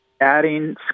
adding